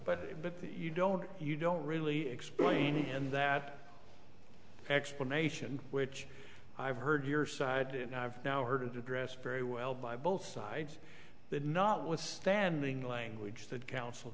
but but you don't you don't really explain in that explanation which i've heard your side and i've now heard to address very well by both sides that notwithstanding language that coun